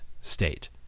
state